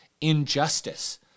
injustice